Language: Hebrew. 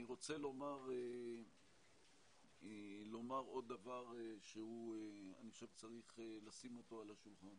אני רוצה לומר עוד דבר שאני חושב שצריך לשים אותו על השולחן: